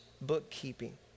bookkeeping